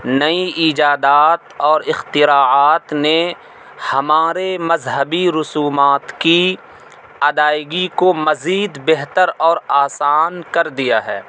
نئی ایجادات اور اختراعات نے ہمارے مذہبی رسومات کی ادائیگی کو مزید بہتر اور آسان کر دیا ہے